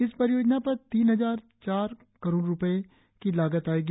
इस परियोजना पर तीन हजार चार करोड़ रुपये की लागत आयेगी